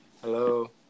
Hello